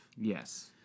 Yes